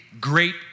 great